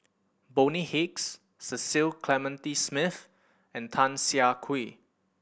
Bonny Hicks Cecil Clementi Smith and Tan Siah Kwee